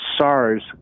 SARS